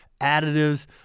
additives